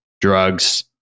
drugs